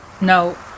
No